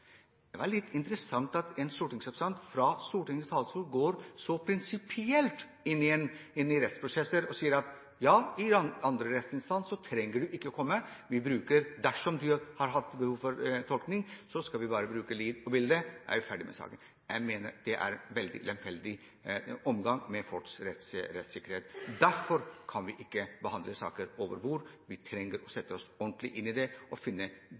litt interessant at en stortingsrepresentant fra Stortingets talerstol går så prinsipielt inn i rettsprosesser og sier at man ikke trenger å komme i andre rettsinstans. Dersom man har behov for tolkning, skal man bare bruke lyd og bilde, og man er ferdig med saken. Jeg mener det er en veldig lemfeldig omgang med folks rettssikkerhet. Derfor kan vi ikke behandle saker over bordet. Vi trenger å sette oss ordentlig inn i dem og finne